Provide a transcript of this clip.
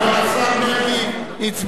40 נגד, בעד 25, אין נמנעים.